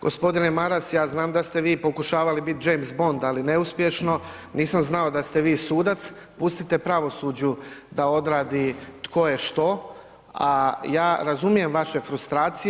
Gospodine Maras ja znam da ste vi pokušavali biti James Bond ali neuspješno, nisam znao da ste vi sudac, pustite pravosuđu da odradi tko je što, a ja razumijem vaše frustracije.